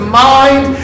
mind